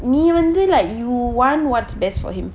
நீ வந்து:nee vanthu like you want what is best for him